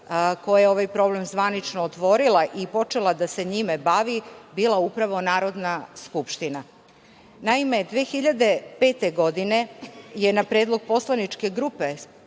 koja je ovaj problem zvanično otvorila i počela da se njime bavi, bila upravo Narodna skupština. Naime, 2005. godine je na predlog poslaničke grupe,